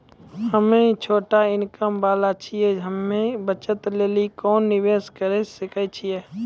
हम्मय छोटा इनकम वाला छियै, हम्मय बचत लेली कोंन निवेश करें सकय छियै?